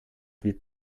wird